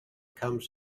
comes